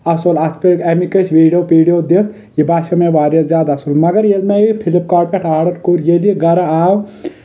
اصٕل اتھ امیکۍ ٲسۍ ویڈیو پیڈیو دِتھ یہِ باسیٚو مےٚ واریاہ زیادٕ اصٕل مگر ییٚلہِ مےٚ یہِ فلپ کاٹ پٮ۪ٹھ آڈر کوٚر ییٚلہِ یہِ گرٕ آو